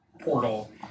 Portal